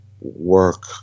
work